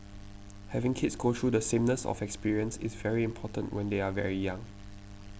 having kids go through the sameness of experience is very important when they are very young